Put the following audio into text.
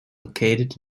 located